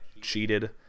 cheated